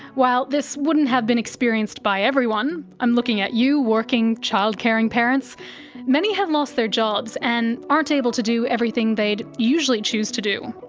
while this wouldn't have been experienced by everyone i'm looking at you, working child-caring parents many have lost their jobs and aren't able to do everything they'd usually choose to do.